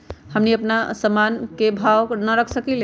हमनी अपना से अपना सामन के भाव न रख सकींले?